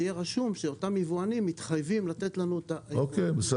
שיהיה רשום שאותם יבואנים מתחייבים לתת לנו את הרשימות.